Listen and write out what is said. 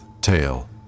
tail